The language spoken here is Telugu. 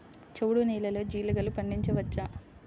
చవుడు నేలలో జీలగలు పండించవచ్చా?